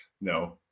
No